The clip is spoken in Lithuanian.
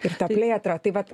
ir tą plėtrą tai vat